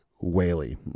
Whaley